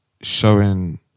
showing